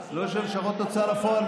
לא של לשכות ההוצאה לפועל,